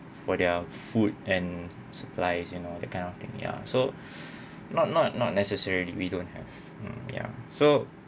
for their food and supplies you know that kind of thing ya so not not not necessarily we don't have mm ya so